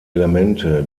elemente